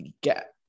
get